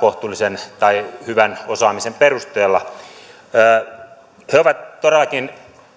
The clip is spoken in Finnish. kohtuullisen tai hyvän osaamisen perusteella niin he ovat todellakin